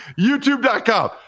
YouTube.com